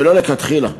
ולא לכתחילה.